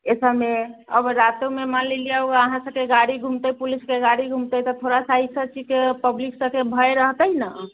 एहिसबमे अब रातिओमे मानि लेलिए अहाँसबके गाड़ी घूमतै पुलिसके गाड़ी घुमतै तऽ थोड़ा सा एहिसब चीजके पब्लिकसबके भय रहतै ने